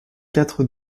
quatre